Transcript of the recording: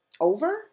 over